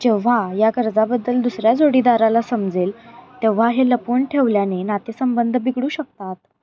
जेव्हा या कर्जाबद्दल दुसऱ्या जोडीदाराला समजेल तेव्हा हे लपवूण ठेवल्याने नातेसंबंध बिघडू शकतात